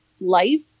life